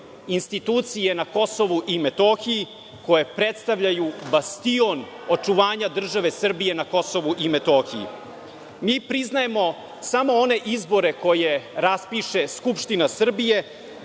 institucije na Kosovu i Metohiji koje predstavljaju bastion očuvanja države Srbije na Kosovu i Metohiji. Mi priznajemo samo one izbore koje raspiše Skupština Srbije,